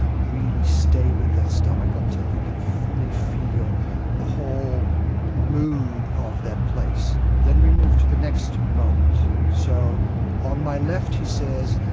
really stay with that stomach until he can fully feel the whole mood of that place. then we move to the next moment, so on my left he says,